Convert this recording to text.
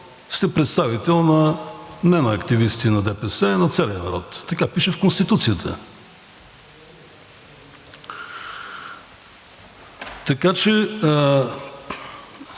сте представител не на активисти на ДПС, а на целия народ. Така пише в Конституцията. Така че